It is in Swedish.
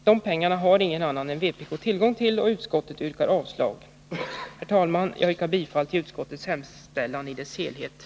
De pengarna har ingen annan än vpk tillgång till, och utskottet avstyrker förslaget. Herr talman! Jag yrkar bifall till utskottets hemställan på alla punkter.